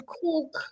cook